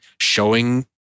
showing